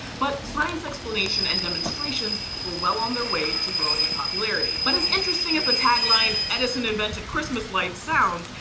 but science explanation and demonstrations were well on their way to growing in popularity. but as interesting as the tagline edison invented christmas lights sounds,